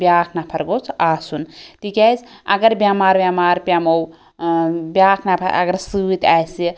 بیٛاکھ نَفَر گوٚژھ آسُن تِکیٛاز اگر بیٚمار ویٚمار پیٚموٚو ٲں بیٛاکھ نَفَر اگر سۭتۍ آسہِ